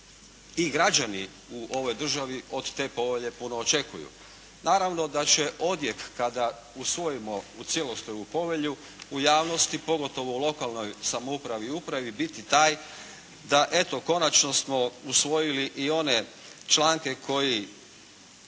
i građani u ovoj državi od te povelje puno očekuju. Naravno da će odjek kada usvojimo u cijelosti ovu povelju u javnosti pogotovo u lokalnoj samoupravi i upravi biti taj da eto konačno smo usvojili i one članke koji